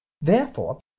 Therefore